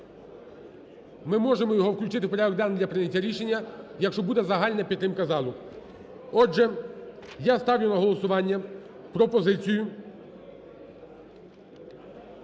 ми можемо його включити в порядок денний для прийняття рішення, якщо буде загальна підтримка залу. Отже, я ставлю на голосування пропозицію